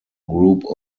group